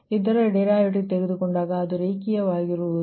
ಇದರ ಡರಿವಿಟಿವ ತೆಗೆದುಕೊಂಡಾಗ ಅದು ರೇಖೀಯವಾಗಿರುತ್ತದೆ